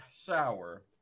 shower